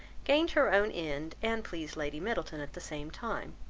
gained her own end, and pleased lady middleton at the same time.